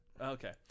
Okay